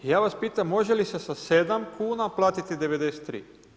I ja vas pitam može li se sa sedam kuna platiti 93?